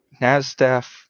NASDAQ